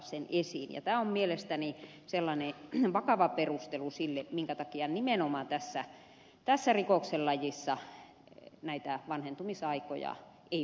ja tämä on mielestäni sellainen vakava perustelu sille minkä takia nimenomaan tässä rikoksen lajissa näitä vanhentumisaikoja ei pitäisi olla